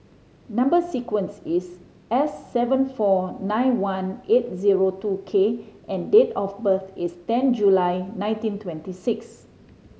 number sequence is S seven four nine one eight zero two K and date of birth is ten July nineteen twenty six